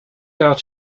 out